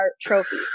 trophy